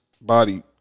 body